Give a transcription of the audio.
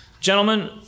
gentlemen